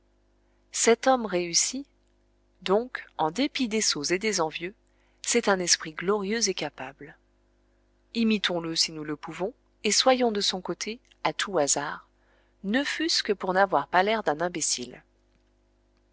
cet homme réussit donc en dépit des sots et des envieux c'est un esprit glorieux et capable imitons le si nous le pouvons et soyons de son côté à tout hasard ne fût-ce que pour n'avoir pas l'air d'un imbécile